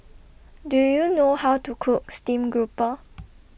Do YOU know How to Cook Steamed Grouper